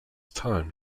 time